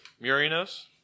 Murinos